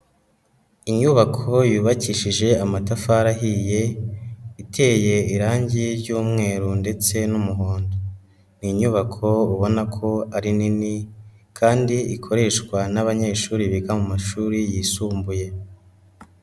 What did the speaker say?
Inyubako yubakishije amatafari ahiye iteye irange ry'umweru ndetse n'umuhondo, ni inyubako ubona ko ari nini kandi ikoreshwa n'abanyeshuri biga mu mashuri yisumbuye.